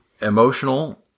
emotional